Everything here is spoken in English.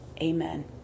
Amen